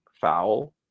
foul